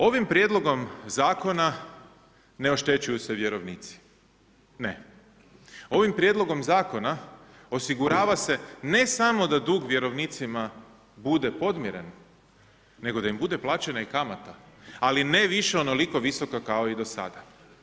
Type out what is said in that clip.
Ovim prijedlogom zakona ne oštećuju se vjerovnici, ne. ovim prijedlogom zakona osigurava se ne samo da dug vjerovnicima bude podmiren nego da im bude plaćena i kamata, ali ne više onoliko visoka kao i do sada.